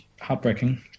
heartbreaking